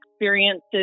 experiences